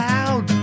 out